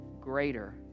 greater